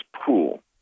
pool